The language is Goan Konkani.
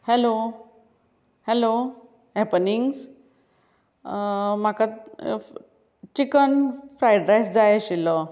हॅलो हॅलो हैपनिंग्स म्हाका चिकन फ्राइड राइस जाय आशिल्लो